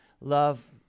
love